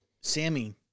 Sammy